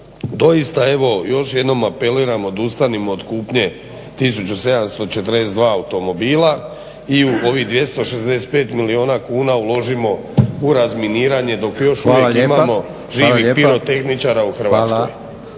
doista evo još jednom apeliram odustanimo od kupnje 142 automobila i u ovih 265 milijuna kuna uložimo u razminiranje dok još uvijek imamo živih pirotehničara u Hrvatskoj.